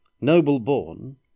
Noble-born